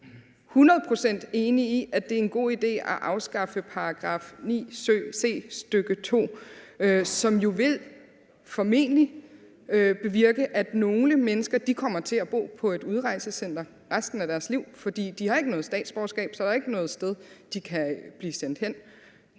enige i, at det er en god idé at afskaffe § 9 c, stk. 2, som jo formentlig vil bevirke, at nogle mennesker kommer til at bo på et udrejsecenter resten af deres liv? Fordi de ikke har noget statsborgerskab, er der ikke noget sted, de kan blive sendt hen,